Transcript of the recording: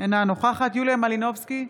אינה נוכחת יוליה מלינובסקי,